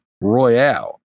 Royale